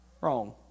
Wrong